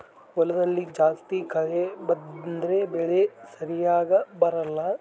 ಹೊಲದಲ್ಲಿ ಜಾಸ್ತಿ ಕಳೆ ಬಂದ್ರೆ ಬೆಳೆ ಸರಿಗ ಬರಲ್ಲ